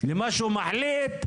למה שהוא מחליט,